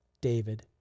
David